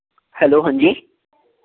hello ਹਾਂਜੀ